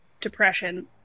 depression